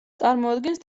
წარმოადგენს